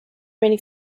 many